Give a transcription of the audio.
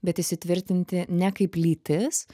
bet įsitvirtinti ne kaip lytis